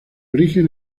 origen